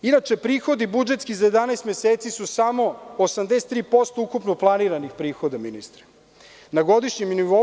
Inače, prihodi budžetski za 11 meseci su samo 83% ukupno planiranih prihoda, ministre, na godišnjem nivou.